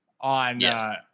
on